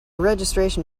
registration